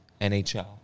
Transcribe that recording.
NHL